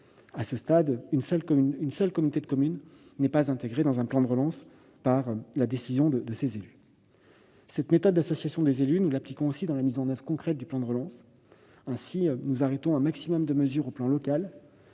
l'heure, une seule communauté de communes n'est pas intégrée dans un CRTE, sur décision de ses élus. Cette méthode d'association des élus, nous l'appliquons aussi dans la mise en oeuvre concrète du plan de relance. Nous arrêtons le maximum de mesures à l'échelon local.